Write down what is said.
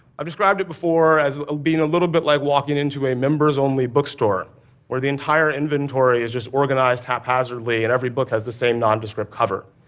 i've described it before as being a little bit like walking into a members-only bookstore where the entire inventory is just organized haphazardly, and every book has the same, nondescript cover.